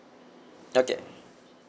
okay